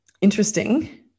Interesting